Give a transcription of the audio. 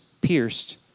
pierced